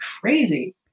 crazy